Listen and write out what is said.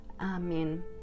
Amen